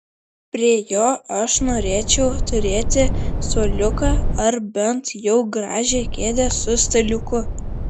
prie jo aš norėčiau turėti suoliuką ar bent jau gražią kėdę su staliuku